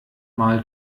mal